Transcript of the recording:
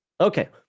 Okay